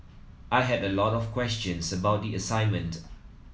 I had a lot of questions about the assignment